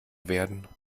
werden